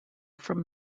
from